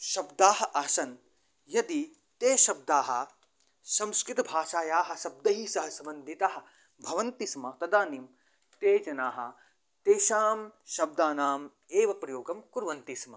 शब्दाः आसन् यदि ते शब्दाः संस्कृतभाषायाः शब्दैः सह सम्बन्धिताः भवन्ति स्म तदानीं ते जनाः तेषां शब्दानाम् एव प्रयोगं कुर्वन्ति स्म